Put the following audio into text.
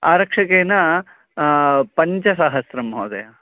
आरक्षकेन पञ्च सहस्त्रं महोदय